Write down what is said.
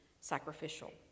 sacrificial